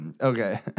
okay